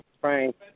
Frank